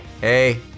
Hey